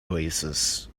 oasis